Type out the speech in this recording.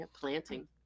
planting